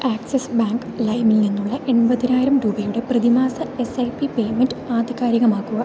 axis bank ലൈമിൽ നിന്നുള്ള എൺപതിനായിരം രൂപയുടെ പ്രതിമാസ എസ് ഐ പി പേയ്മെൻറ്റ് ആധികാരികമാക്കുക